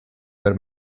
per